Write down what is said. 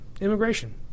immigration